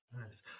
Nice